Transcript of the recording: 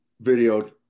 video